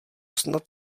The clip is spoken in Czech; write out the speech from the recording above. snad